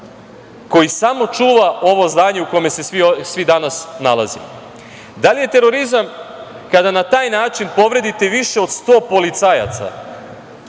koji samo čuva ovo zdanje u kome se svi danas nalazimo? Da li je terorizam kada na taj način povredite više od 100 policajaca,